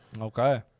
Okay